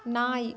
நாய்